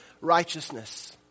righteousness